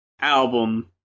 album